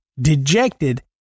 dejected